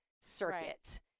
circuit